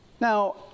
Now